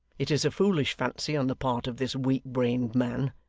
it is a foolish fancy on the part of this weak-brained man,